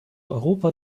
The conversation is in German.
europa